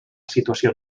situació